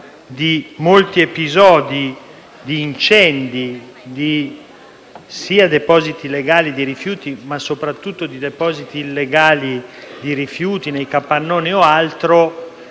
di molti episodi di incendi di depositi legali di rifiuti ma soprattutto di depositi illegali (capannoni o altro).